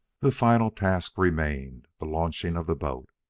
the final task remained the launching of the boat.